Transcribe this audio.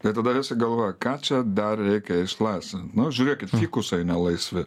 ir tada visi galvoja ką čia dar reikia išlaisvint nu žiūrėkit fikusai nelaisvi